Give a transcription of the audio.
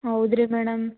ಹೌದ್ರಿ ಮೇಡಮ್